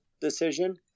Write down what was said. decision